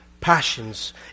passions